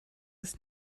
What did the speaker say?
ist